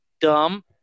dumb